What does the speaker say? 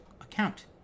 account